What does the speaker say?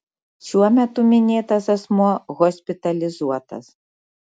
šiuo metu minėtas asmuo hospitalizuotas